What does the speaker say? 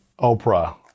oprah